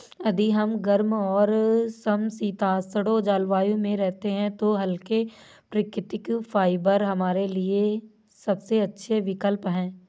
यदि हम गर्म और समशीतोष्ण जलवायु में रहते हैं तो हल्के, प्राकृतिक फाइबर हमारे लिए सबसे अच्छे विकल्प हैं